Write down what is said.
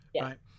right